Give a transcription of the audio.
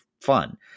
fun